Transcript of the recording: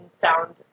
sound